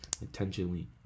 intentionally